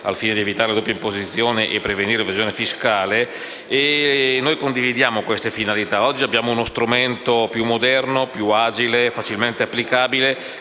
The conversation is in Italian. al fine di evitare la doppia imposizione e prevenire l'evasione fiscale. Noi condividiamo queste finalità. Oggi abbiamo uno strumento più moderno, più agile e facilmente applicabile